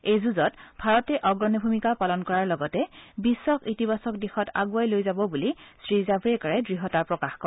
এই যুঁজত ভাৰতে অগ্ৰণী ভূমিকা পালন কৰাৰ লগতে বিশ্বক ইতিবাচক দিশত আগুৱাই লৈ যাব বুলি শ্ৰীজাভডেকাৰে দ্ঢতাৰে প্ৰকাশ কৰে